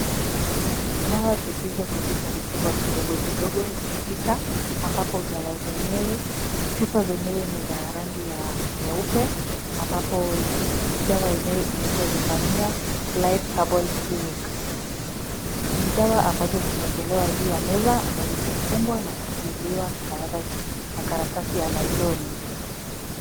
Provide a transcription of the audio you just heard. Dawa zilizo katika vichupa vidogo vidogo visita ambapo dawa zenyewe, chupa zenyewe ni za rangi ya nyeupe ambapo dawa yenyewe inaitwa Zephania Life Herbal Clinic. Ni dawa ambazo zimeekelewa juu ya meza na zimefungwa na kusealiwa na karatasi ya nailoni .